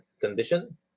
condition